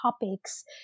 topics